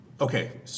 Okay